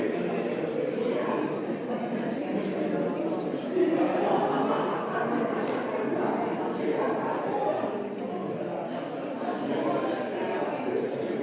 Hvala.